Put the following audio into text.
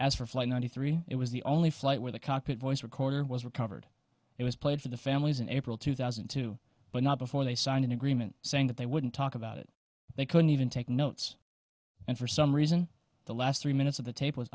for flight ninety three it was the only flight where the cockpit voice recorder was recovered it was played for the families in april two thousand and two but not before they signed an agreement saying that they wouldn't talk about it they couldn't even take notes and for some reason the last three minutes of the tape was